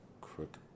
Crook